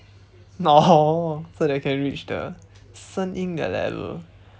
orh so that I can reach the 声音的 level